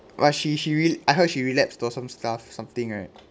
!wah! she she re~ I heard she relapsed or some stuff something right